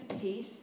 peace